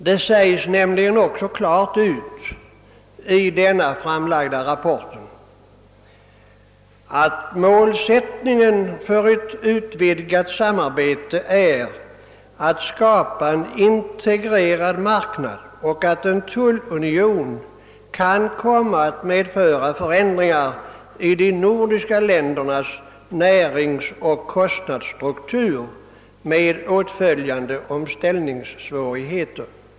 Det sägs också klart ut i ämbetsmannarapporten, att målsättningen för ett utvidgat samarbete är att skapa en integrerad marknad och att en tullunion kan komma att medföra förändringar i de nordiska ländernas näringsoch kostnadsstruktur med åtföljande omställningssvårigheter.